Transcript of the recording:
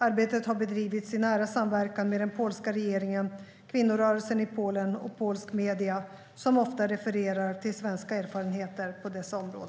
Arbetet har bedrivits i nära samverkan med den polska regeringen, kvinnorörelsen i Polen och polska medier, som ofta refererar till svenska erfarenheter på dessa områden.